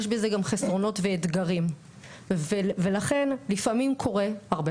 יש בזה גם חסרונות ואתגרים ולכן לפעמים קורה הרבה